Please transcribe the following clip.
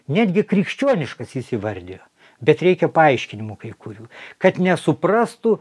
netgi krikščioniškas jis įvardijo bet reikia paaiškinimų kai kurių kad nesuprastų